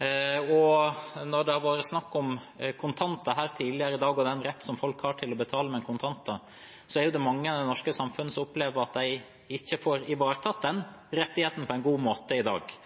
Når det har vært snakk om kontanter her tidligere i dag, og den rett folk har til å betale med kontanter, er det mange i det norske samfunn som opplever at de ikke får ivaretatt den rettigheten på en god måte i dag.